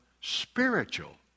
spiritual